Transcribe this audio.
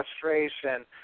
frustration